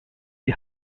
die